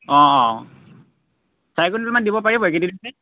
অঁ অঁ চাৰি কুইণ্টেলমান দিব পাৰিব কেইকেইদিনতে